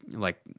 like,